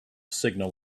signal